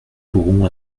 pourront